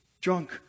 Drunk